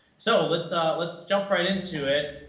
so let's ah let's jump right into it.